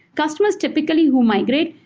customers typically who migrate,